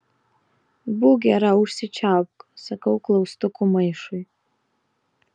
būk gera užsičiaupk sakau klaustukų maišui